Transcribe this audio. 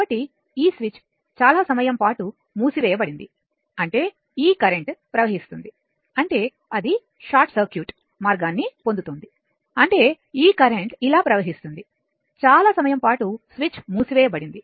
కాబట్టి ఈ స్విచ్ చాలా సమయం పాటు మూసివేయబడింది అంటే ఈ కరెంట్ ప్రవహిస్తుంది అంటే అది షార్ట్ సర్క్యూట్ మార్గాన్ని పొందుతోంది అంటే ఈ కరెంట్ ఇలా ప్రవహిస్తుంది చాలా సమయం పాటు స్విచ్ మూసివేయబడింది